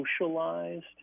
socialized